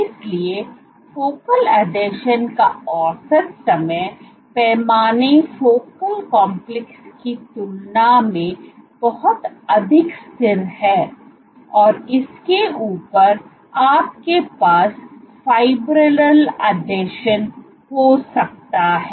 इसलिए फोकल आसंजन का औसत समय पैमाना फोकल कॉम्प्लेक्स की तुलना में बहुत अधिक स्थिर है और इसके ऊपर आपके पास फिब्रिलर आसंजन हो सकता है